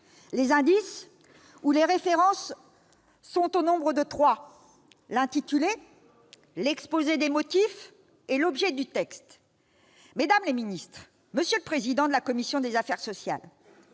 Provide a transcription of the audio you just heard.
Les indices ou les références sont au nombre de trois : l'intitulé, l'exposé des motifs et l'objet du texte. Mesdames les ministres, monsieur le président de la commission des affaires sociales,